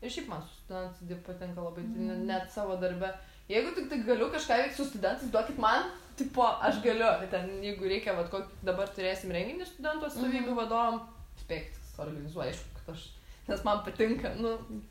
ir šiaip man su studentais dirbt patinka labai ten net savo darbe jeigu tiktai galiu kažką veikt su studentais duokit man tipo aš galiu ten jeigu reikia vat kokį dabar turėsim renginį studentų atstovybių vadovam spėkit kas organizuoja aišku kad aš nes man patinka nu